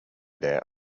their